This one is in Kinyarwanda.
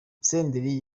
senderi